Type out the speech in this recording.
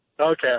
Okay